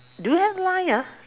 do you have line ah